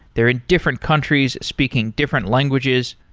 they're in different countries speaking different languages.